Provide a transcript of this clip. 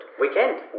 Weekend